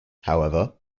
however